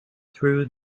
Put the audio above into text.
through